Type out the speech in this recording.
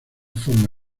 forma